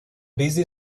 busy